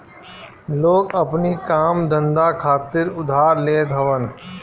लोग अपनी काम धंधा खातिर उधार लेत हवन